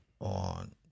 on